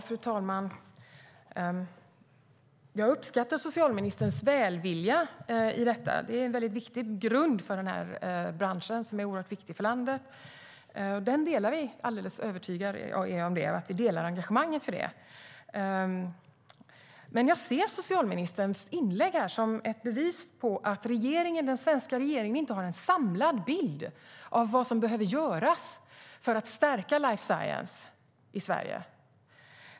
Fru talman! Jag uppskattar socialministerns välvilja i detta. Det är en väldigt viktig grund för denna bransch, som är oerhört viktig för landet. Att vi delar detta engagemang är jag alldeles övertygad om. Men jag ser socialministerns inlägg som ett bevis för att den svenska regeringen inte har en samlad bild av vad som behöver göras för att stärka life science i Sverige.